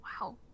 Wow